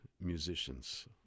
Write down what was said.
musicians